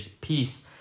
peace